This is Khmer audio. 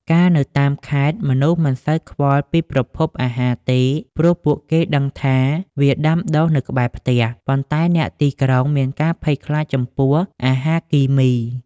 កាលនៅតាមខេត្ត មនុស្សមិនសូវខ្វល់ពីប្រភពអាហារទេ ព្រោះពួកគេដឹងថាវាដាំដុះនៅក្បែរផ្ទះ ប៉ុន្តែអ្នកទីក្រុងមានការភ័យខ្លាចចំពោះ "អាហារគីមី"។